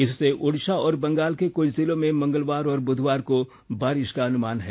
इससे ओडिषा और बंगाल के कुछ जिलों में मंगलवार और बुधवार को बारिष का अनुमान है